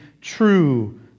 true